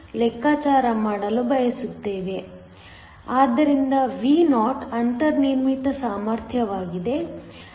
ಆದ್ದರಿಂದ Vo ಅಂತರ್ನಿರ್ಮಿತ ಸಾಮರ್ಥ್ಯವಾಗಿದೆ